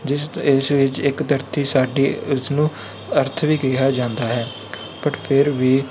ਜਿਸ ਇਸ ਵਿੱਚ ਇੱਕ ਧਰਤੀ ਸਾਡੀ ਇਸਨੂੰ ਅਰਥ ਵੀ ਕਿਹਾ ਜਾਂਦਾ ਹੈ ਬਟ ਫੇਰ ਵੀ